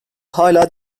hala